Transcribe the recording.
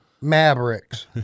Mavericks